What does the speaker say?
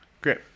Great